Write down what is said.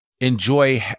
enjoy